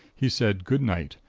he said goodnight,